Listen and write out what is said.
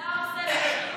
זו כפייה, זה לא התפקיד.